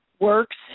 works